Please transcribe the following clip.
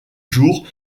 jours